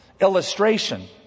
illustration